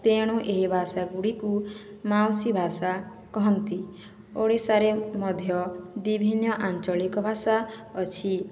ତେଣୁ ଏହି ଭାଷା ଗୁଡ଼ିକୁ ମାଉସୀ ଭାଷା କୁହନ୍ତି ଓଡ଼ିଶାରେ ମଧ୍ୟ ବିଭିନ୍ନ ଆଞ୍ଚଳିକ ଭାଷା ଅଛି